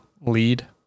lead